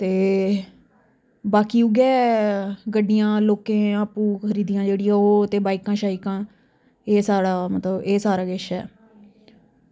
ते बाकि उऐ गड्डियां लोकें आपूं खरीदियां जेह्ड़ियां ओह् ते बाईकां शाइकां एह् साढ़ा मतलब साढ़ा सारा किश ऐ